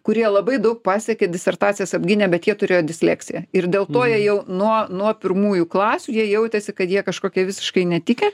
kurie labai daug pasiekė disertacijas apgynė bet jie turėjo disleksiją ir dėl to jie jau nuo nuo pirmųjų klasių jie jautėsi kad jie kažkokie visiškai netikę